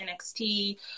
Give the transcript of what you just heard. nxt